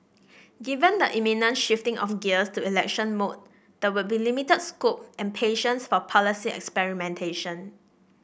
given the imminent shifting of gears to election mode there will be limited scope and patience for policy experimentation